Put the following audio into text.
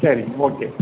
சரிங்க ஓகே